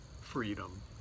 freedom